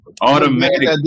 Automatic